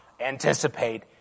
anticipate